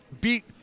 beat